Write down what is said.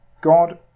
God